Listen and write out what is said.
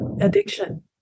addiction